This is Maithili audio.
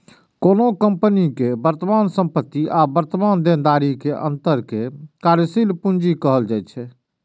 कोनो कंपनी के वर्तमान संपत्ति आ वर्तमान देनदारी के अंतर कें कार्यशील पूंजी कहल जाइ छै